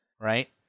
right